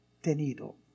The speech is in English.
¿Tenido